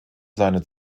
seine